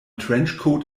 trenchcoat